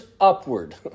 upward